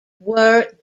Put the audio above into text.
were